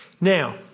now